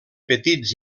petits